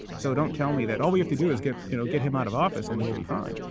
so don't tell me that all we have to do is get you know get him out of office, and we'll be fine.